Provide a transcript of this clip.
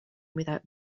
without